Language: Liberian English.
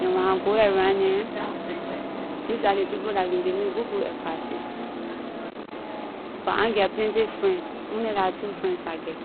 and when I go around neh these are ley people la can give me good good advices but I na get plenty friend only la two friends I get.